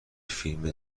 فیلم